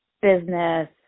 business